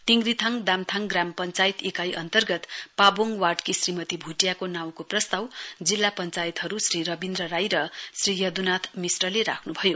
तिङरीथाङ दामथाङ ग्राम पंचायत इकाई अन्तर्गत पाबोङ बोर्डको श्रीमती भूटियाको नाउँको प्रस्ताव जिल्ला पंचायतहरु श्री रविन्द्र राई र श्री यदुनाथ मिश्रले राख्नुभयो